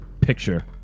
picture